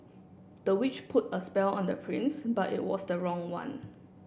the witch put a spell on the prince but it was the wrong one